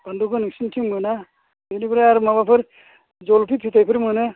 बानलुबो नोंसिनिथिं मोना बिनिफ्राय आरो माबाफोर जलफि फिथायफोर मोनो